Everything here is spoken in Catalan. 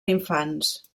infants